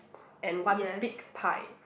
and one big pie